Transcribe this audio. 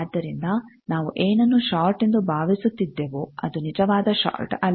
ಆದ್ದರಿಂದ ನಾವು ಏನನ್ನು ಶೋರ್ಟ್ ಎಂದು ಭಾವಿಸುತ್ತಿದ್ದೆವೋ ಅದು ನಿಜವಾದ ಶೋರ್ಟ್ ಅಲ್ಲ